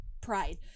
pride